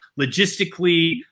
logistically